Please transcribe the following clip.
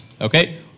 okay